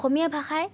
অসমীয়া ভাষায়ে